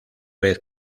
vez